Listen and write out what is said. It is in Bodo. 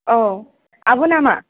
औ आब' नामा